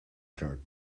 dirt